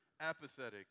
apathetic